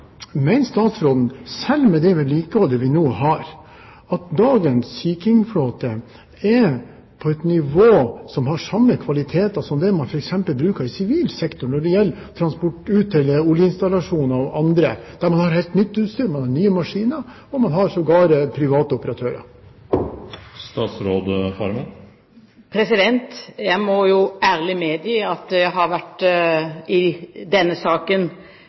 statsråden blir: Mener statsråden, selv med det vedlikeholdet vi nå har, at dagens Sea King-flåte er på et nivå som har samme kvaliteter som det man f.eks. har i sivil sektor når det gjelder transport ut til oljeinstallasjoner og andre? De har helt nytt utstyr, man har nye maskiner, og man har sågar private operatører. Jeg må jo ærlig medgi at jeg i denne saken har vært